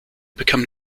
become